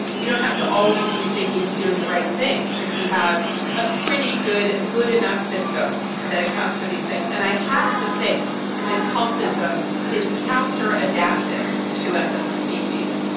we don't have to always be thinking of doing the right thing if we have a pretty good a good enough system that accounts for these things. and i have to think that cultism is counter adaptive to us as a species.